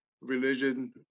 religion